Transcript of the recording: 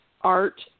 art